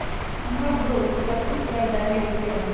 हमर दोस सुरक्षित करजा लेलकै ह